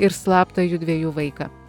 ir slaptą judviejų vaiką